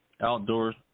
outdoors